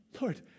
Lord